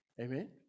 Amen